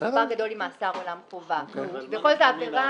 שזה פער גדול ממאסר עולם חובה --- מה נפקא מינה?